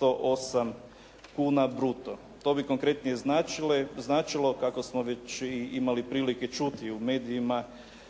108 kuna bruto. To bi konkretnije značilo kako smo već i imali prilike čuti, u medijima